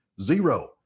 Zero